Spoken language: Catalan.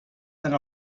per